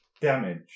damage